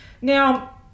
Now